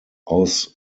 aus